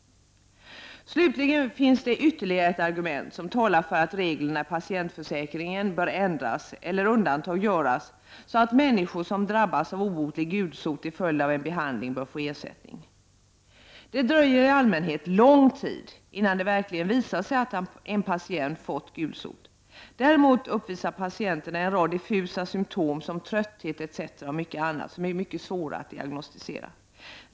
Slutligen finns det ytterligare ett argument som talar för att reglerna i patientförsäkringen bör ändras eller undantag göras så att människor som drabbas av obotlig gulsot till följd av en behandling får ersättning. Det dröjer i allmänhet lång tid innan det verkligen visar sig att en patient fått gulsot. Däremot uppvisar patienterna en rad diffusa symptom, som trötthet, mycket snart.